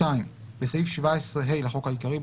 תיקון סעיף 17ה בסעיף 17ה לחוק העיקרי,